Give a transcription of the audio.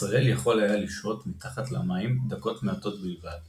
הצולל יכול היה לשהות מתחת למים דקות מעטות בלבד –